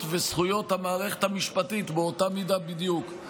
וזכויות המערכת המשפטית באותה מידה בדיוק.